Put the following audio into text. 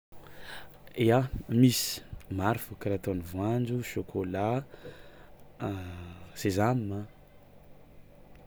Ya misy, maro fo karaha toy ny voanjo, chocolat, sésame.